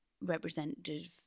representative